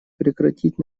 прекратить